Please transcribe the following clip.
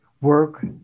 work